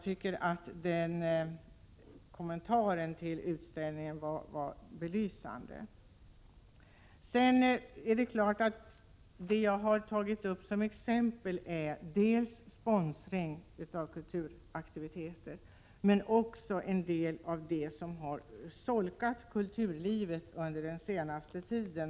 Hennes kommentar till utställningen var belysande. Jag har tagit upp dels sponsring av kulturaktiviteter, dels något av det som har solkat kulturlivet under den senaste tiden.